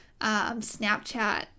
Snapchat